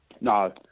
No